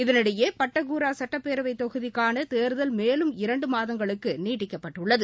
இதனிடையே பட்டக்கூறா சுட்டப் பேரவை தொகுதிக்காள தேர்தல் மேலும் இரண்டு மாதங்களுக்கு நீட்டிக்கப்பட்டுள்ளது